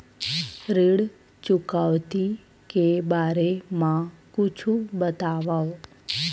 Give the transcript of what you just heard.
ऋण चुकौती के बारे मा कुछु बतावव?